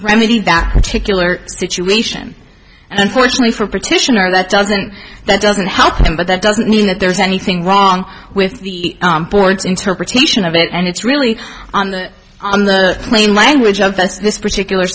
remedy that particular situation and unfortunately for partition or that doesn't that doesn't help them but that doesn't mean that there's anything wrong with the board's interpretation of it and it's really on the plain language of this particular